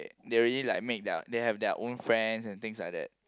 they already like make their they have their own friends and things like that